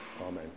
Amen